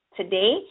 today